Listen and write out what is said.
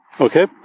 Okay